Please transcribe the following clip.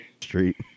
Street